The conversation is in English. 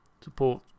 support